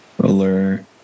Alert